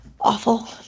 awful